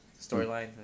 Storyline